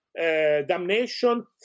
damnation